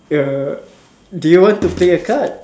err do you want to play a card